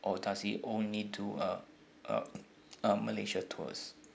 or does he only do uh uh uh malaysia tours